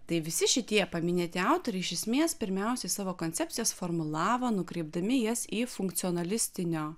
tai visi šitie paminėti autoriai iš esmės pirmiausiai savo koncepcijas formulavo nukreipdami jas į funkcionalistinio